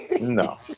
No